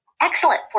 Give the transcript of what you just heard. excellent